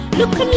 Look